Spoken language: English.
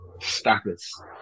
status